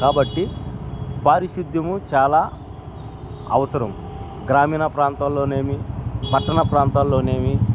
కాబట్టి పారిశుద్యము చాలా అవసరం గ్రామీణ ప్రాంతాల్లోనేమి పట్టణ ప్రాంతాల్లోనేమి